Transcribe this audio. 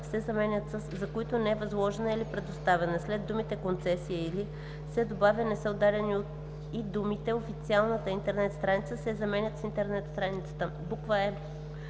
се заменят със „за които не е възложена или предоставена“, след думите „концесия или“ се добавя „не са отдадени“ и думите „официалната интернет страница“ се заменят с „интернет страницата“; е)